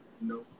No